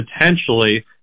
potentially